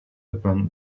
upon